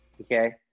okay